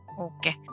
Okay